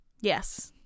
Yes